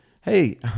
hey